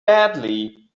badly